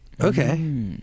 Okay